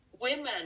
women